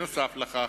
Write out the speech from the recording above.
נוסף על כך,